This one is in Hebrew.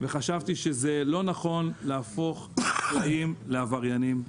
וחשבתי שזה לא נכון להפוך חקלאים לעבריינים,